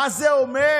מה זה אומר?